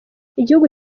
igihugu